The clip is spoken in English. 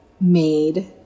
made